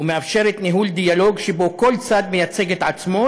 ומאפשרת ניהול דיאלוג שבו כל צד מייצג את עצמו,